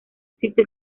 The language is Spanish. existe